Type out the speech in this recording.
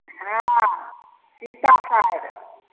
हॅं सीता छै